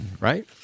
Right